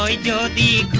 ah da da